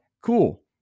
cool